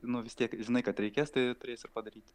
nu vis tiek žinai kad reikės tai turėsi ir padaryti